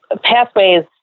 pathways